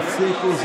תפסיקו.